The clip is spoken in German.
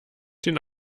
den